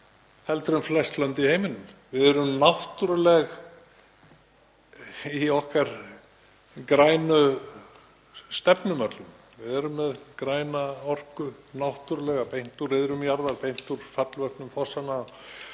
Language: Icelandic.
heldur en flest lönd í heiminum. Við erum náttúruleg í okkar grænu stefnumörkun, við erum með græna náttúrulega orku beint úr iðrum jarðar, beint úr fallvötnum fossanna